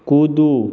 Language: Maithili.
कूदू